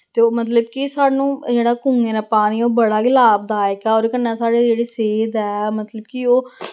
ते ओह् मतलब कि सानूं जेह्ड़ा कुएं दा पानी ओह् बड़ा गै लाभदायक ऐ ओह्दे कन्नै साढ़ी जेह्ड़ी सेह्त ऐ मतलब कि ओह्